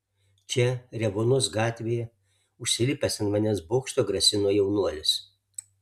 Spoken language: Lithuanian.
čia revuonos gatvėje užsilipęs ant vandens bokšto grasino jaunuolis